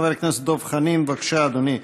חבר הכנסת דב חנין, בבקשה, אדוני.